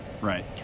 right